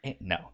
No